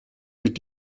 mit